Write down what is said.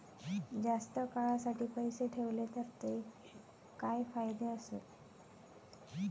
जास्त काळासाठी पैसे ठेवले तर काय फायदे आसत?